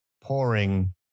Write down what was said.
pouring